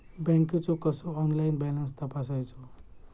बँकेचो कसो online balance तपासायचो?